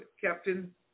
Captain